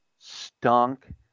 stunk